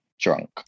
drunk